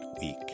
week